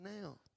now